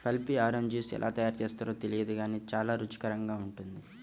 pulpy orange juice ఎలా తయారు చేస్తారో తెలియదు గానీ చాలా రుచికరంగా ఉంటుంది